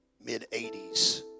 mid-80s